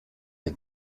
der